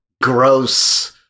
gross